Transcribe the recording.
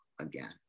again